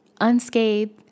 unscathed